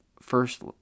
first